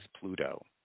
Pluto